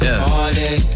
party